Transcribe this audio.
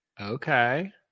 Okay